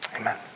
Amen